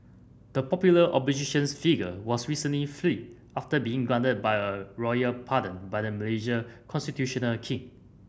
the popular oppositions figure was recently freed after being granted by a royal pardon by the Malaysia constitutional king